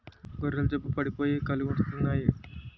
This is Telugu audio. గొర్రెలు జబ్బు పడిపోయి కాలుగుంటెత్తన్నాయి